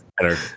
better